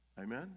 amen